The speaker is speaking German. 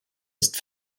ist